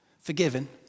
forgiven